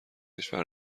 کشور